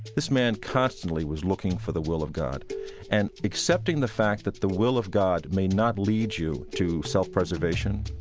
this man constantly was looking for the will of god and accepting the fact that the will of god may not lead you to self-preservation.